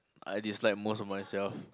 I dislike most about myself